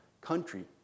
country